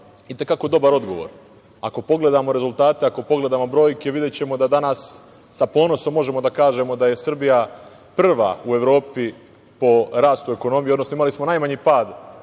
i te kako dobar odgovor. Ako pogledamo rezultate, ako pogledamo brojke, videćemo da danas sa ponosom možemo da kažemo da je Srbija prva u Evropi po rastu ekonomije, odnosno imali smo najmanji pad